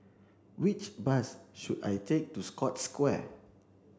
which bus should I take to Scotts Square